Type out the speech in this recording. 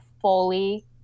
fully